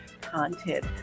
content